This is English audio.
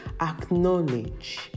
acknowledge